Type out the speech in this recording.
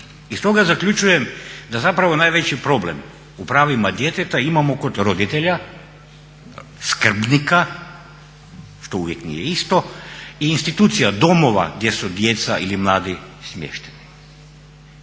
Iz toga zaključujem da zapravo najveći problem u pravima djeteta imamo kod roditelja, skrbnika što uvijek nije isto i institucija domova gdje su djeca ili mladi smješteni.